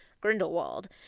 grindelwald